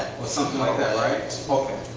or something like that right? okay,